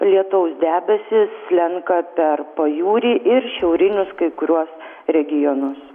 lietaus debesys slenka per pajūrį ir šiaurinius kai kuriuos regionus